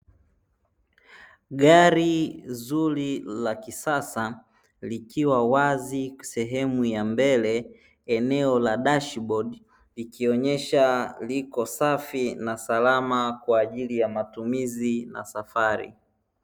Gari zuri la kisasa likiwa wazi sehemu ya mbele eneo la dashibodi, ikionyesha liko safi na salama kwa ajili ya matumizi na safari.